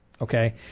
Okay